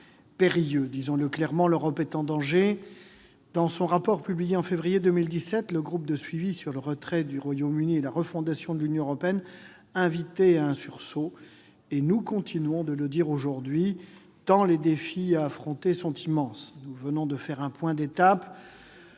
périlleux. Disons-le clairement : l'Europe est en danger. Dans son rapport publié en février 2017, le groupe de suivi sur le retrait du Royaume-Uni et la refondation de l'Union européenne invitait à un sursaut. Et nous continuons de le dire aujourd'hui, tant les défis à affronter sont immenses ! Nous venons de faire un point d'étape.